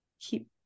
keep